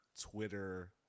Twitter